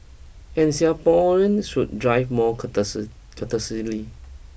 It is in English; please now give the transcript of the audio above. and Singaporeans should drive more courteous courteously